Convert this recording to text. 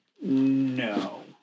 No